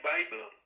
Bible